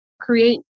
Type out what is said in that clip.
create